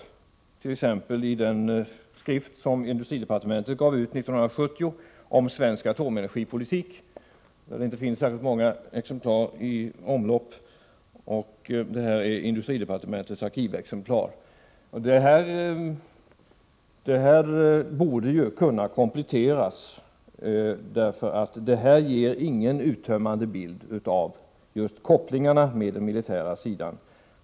Det gäller t.ex. den skrift om svensk atomenergipolitik som industridepartementet gav ut 1970. Det finns inte särskilt många exemplar av den skriften i omlopp, och detta är industridepartementets arkivexemplar. Detta borde kunna kompletteras, eftersom det här materialet inte ger någon uttömmande bild av just kopplingen till den militära sidan.